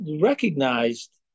recognized